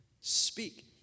speak